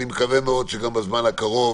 ואני מקווה מאוד שבזמן הקרוב